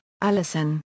Alison